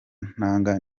ntanga